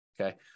okay